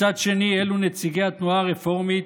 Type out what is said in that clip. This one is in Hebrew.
מצד שני אלו נציגי התנועה הרפורמית,